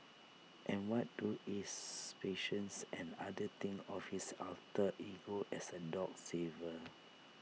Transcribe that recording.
and what do his patients and others think of his alter ego as A dog saver